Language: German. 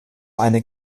eine